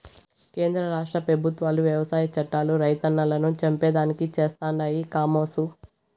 కేంద్ర రాష్ట్ర పెబుత్వాలు వ్యవసాయ చట్టాలు రైతన్నలను చంపేదానికి చేస్తండాయి కామోసు